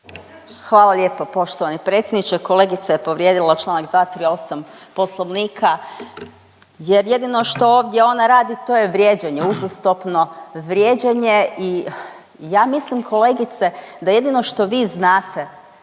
Hvala lijepo poštovani predsjedniče, kolegice je povrijedila čl. 238 Poslovnika jer jedino što ovdje ona radi, to je vrijeđanje, uzastopno vrijeđanje i ja mislim, kolegice, da jedino što vi znate,